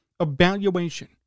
evaluation